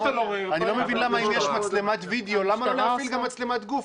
אני לא מבין למה אם יש מצלמת וידאו למה לא להפעיל גם מצלמת גוף?